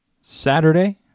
Saturday